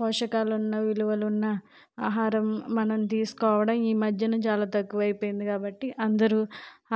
పోషకాలున్న విలువలున్న ఆహారం మనం తీసుకోవడం ఈ మధ్యన చాలా తక్కువైపోయింది కాబట్టి అందరూ